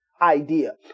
idea